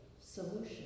solution